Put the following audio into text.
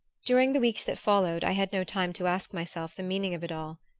during the weeks that followed i had no time to ask myself the meaning of it all.